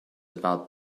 about